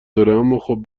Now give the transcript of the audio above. داره، اماخب